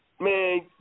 Man